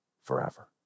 forever